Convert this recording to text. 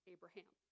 Abraham